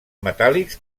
metàl·lics